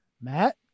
Matt